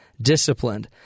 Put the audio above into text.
disciplined